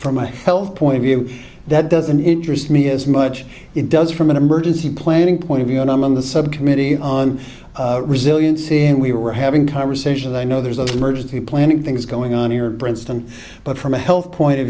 from a health point of view that doesn't interest me as much it does from an emergency planning point of view and i'm on the subcommittee on resiliency and we were having conversations i know there's a emergency planning things going on here princeton but from a health point of